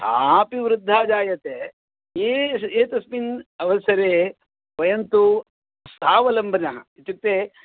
साऽपि वृद्धा जायते एषः एतस्मिन् अवसरे वयं तु सावलम्बिनः इत्युक्ते